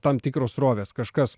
tam tikros srovės kažkas